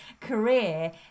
career